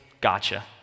gotcha